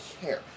care